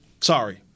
Sorry